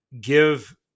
give